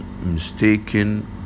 mistaken